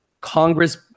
Congress